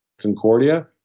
Concordia